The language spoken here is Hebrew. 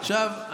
עכשיו,